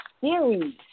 series